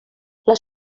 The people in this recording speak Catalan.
les